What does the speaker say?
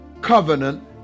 covenant